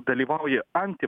dalyvauja anti